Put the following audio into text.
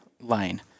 line